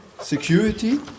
Security